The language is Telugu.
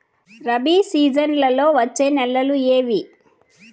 రబి సీజన్లలో వచ్చే నెలలు ఏవి?